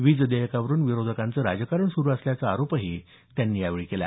वीज देयकावरुन विरोधकांचं राजकारण सुरु असल्याचा आरोपही त्यांनी यावेळी केला